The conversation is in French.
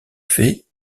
fait